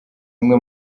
umwe